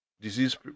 disease